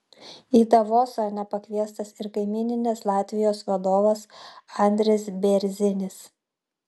į davosą nepakviestas ir kaimyninės latvijos vadovas andris bėrzinis